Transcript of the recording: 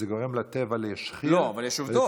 זה גורם לטבע להשחיר, לא, אבל יש עובדות.